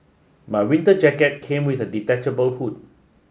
my winter jacket came with a detachable hood